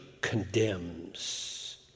condemns